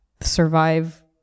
survive